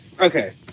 Okay